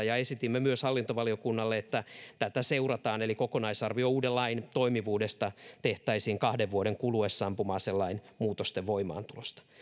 ja esitimme myös hallintovaliokunnalle että tätä seurataan eli kokonaisarvio uuden lain toimivuudesta tehtäisiin kahden vuoden kuluessa ampuma aselain muutosten voimaantulosta